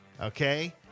Okay